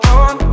on